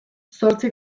zortzi